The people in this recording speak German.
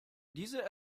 diese